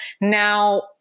Now